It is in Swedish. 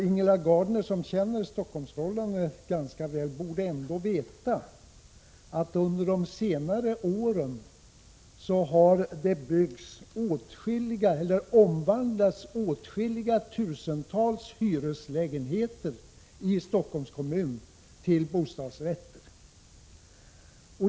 Ingela Gardner, som känner till Stockholms förhållanden, skulle väl ändå veta att under de senare åren har åtskilliga tusentals hyreslägenheter i Stockholms kommun omvandlats till bostadsrätter.